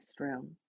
restroom